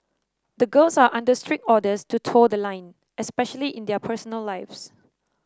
the girls are under strict orders to toe the line especially in their personal lives